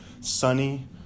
sunny